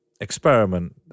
Experiment